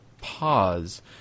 pause